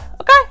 Okay